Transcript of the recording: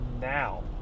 now